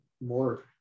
more